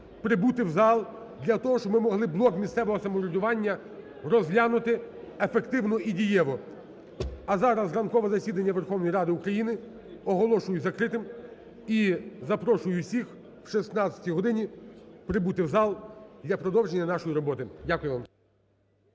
прибути в зал для того, щоб ми могли блок місцевого самоврядування розглянути ефективно і дієво. А зараз ранкове засідання Верховної Ради України оголошую закритим. І запрошую усіх о 16 годині прибути в зал для продовження нашої роботи. Дякую вам.